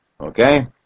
okay